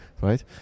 right